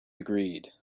agreed